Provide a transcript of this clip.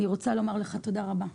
אני רוצה לומר לך תודה רבה,